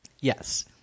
Yes